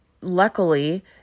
luckily